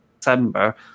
December